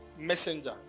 messenger